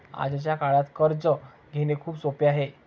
आजच्या काळात कर्ज घेणे खूप सोपे आहे